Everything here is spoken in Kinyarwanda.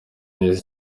neza